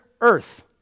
earth